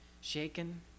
shaken